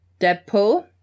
Deadpool